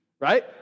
right